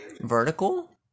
Vertical